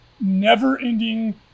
never-ending